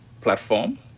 platform